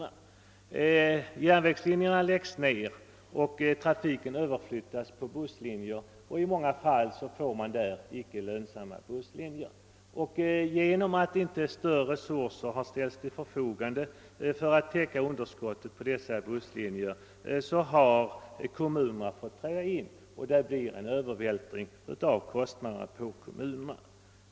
Men järnvägslinjer läggs ner, och trafiken överflyttas på busslinjer, och i många fall får vi där icke lönsamma busslinjer. På grund av att icke större resurser ställs till förfogande för att täcka underskottet för dessa busslinjer har kommunerna måst träda in, och det har blivit en övervältring av kostnaderna på kommunerna.